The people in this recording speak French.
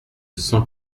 cent